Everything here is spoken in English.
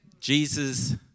Jesus